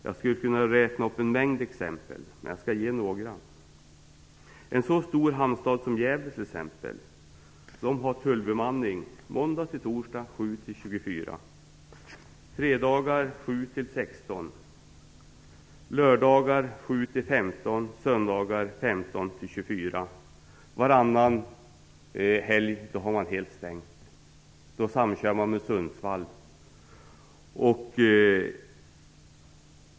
Jag skulle kunna räkna upp en mängd exempel, och jag skall nämna några av dem. En sådan stor hamnstad som Gävle t.ex. har tullbemanning måndagar-torsdagar kl. 7-24, fredagar 7-16, lördagar 7-15 och söndagar 15-24. Varannan helg har man helt stängt och samkör med Sundsvall.